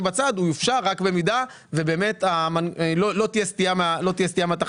בצד והוא יופשר רק במידה שבאמת לא תהיה סטייה מהתחזיות.